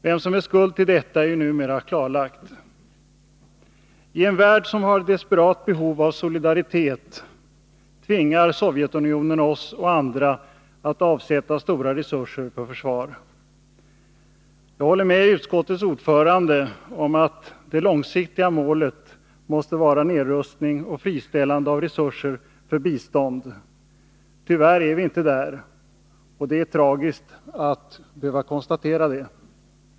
Vem som är skuld till detta är ju numera klarlagt. I en värld som har ett desperat behov av solidaritet tvingar Sovjetunionen oss och andra att avsätta stora resurser till försvar. Jag håller med utskottets ordförande om att det långsiktiga målet måste vara nedrustning och friställande av resurser för bistånd. Tyvärr är vi inte där, och det är tragiskt att behöva konstatera det.